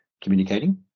communicating